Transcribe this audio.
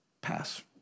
pass